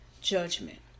judgment